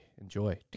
Enjoy